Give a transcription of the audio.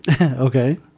Okay